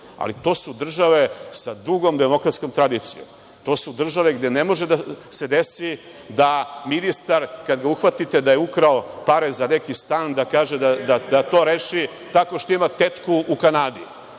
Ali, to su države sa dugom demokratskom tradicijom. To su države gde ne može da se desi da ministar kada ga uhvatite da je ukrao pare za neki stan, da to reši tako što ima tetku u Kanadi.